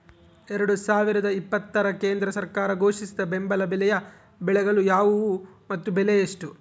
ಎರಡು ಸಾವಿರದ ಇಪ್ಪತ್ತರ ಕೇಂದ್ರ ಸರ್ಕಾರ ಘೋಷಿಸಿದ ಬೆಂಬಲ ಬೆಲೆಯ ಬೆಳೆಗಳು ಯಾವುವು ಮತ್ತು ಬೆಲೆ ಎಷ್ಟು?